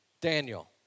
Daniel